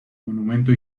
monumento